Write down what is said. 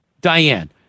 Diane